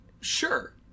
Sure